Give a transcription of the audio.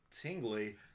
tingly